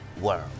world